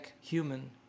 human